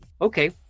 Okay